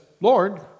Lord